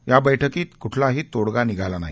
या बैठकीत क्ठलाही तोडगा निघाला नाही